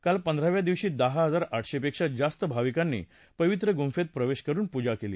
काल पंधराव्या दिवशी दहा हजार आठशे पेक्षा जास्त भाविकांनी पवित्र गुंफेत प्रवेश करुन पुजा केली